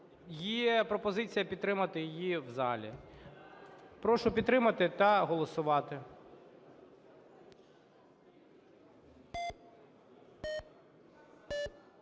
є пропозиція підтримати її в залі. Прошу підтримати та голосувати.